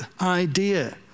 idea